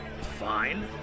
Fine